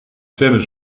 zwemmen